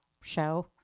show